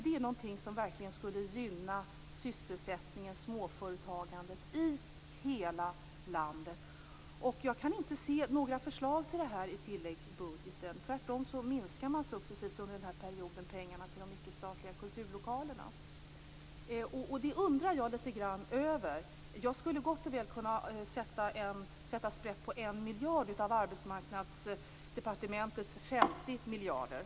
Det är någonting som verkligen skulle gynna sysselsättningen och småföretagandet i hela landet. Jag kan inte se några förslag om det i tilläggsbudgeten. Tvärtom minskar regeringen under den här perioden successivt pengarna till de icke-statliga kulturlokalerna. Jag undrar litet grand över det. Jag skulle gott och väl kunna sätta sprätt på 1 miljard av Arbetsmarknadsdepartementets